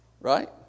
Right